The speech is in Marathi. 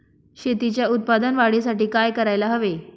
शेतीच्या उत्पादन वाढीसाठी काय करायला हवे?